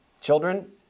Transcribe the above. children